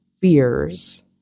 fears